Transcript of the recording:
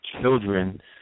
children